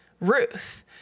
Ruth